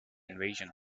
invasion